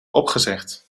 opgezegd